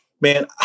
man